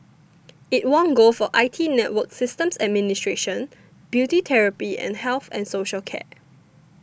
it won gold for I T network systems administration beauty therapy and health and social care